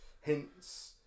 hints